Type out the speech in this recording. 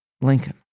Lincoln